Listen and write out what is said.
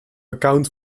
account